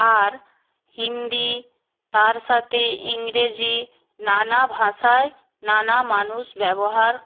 আর হিন্দি তার সাথে ইংরেজি নানা ভাষায় নানা মানুষ ব্যবহার